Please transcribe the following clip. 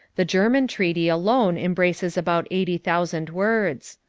the german treaty alone embraces about eighty thousand words.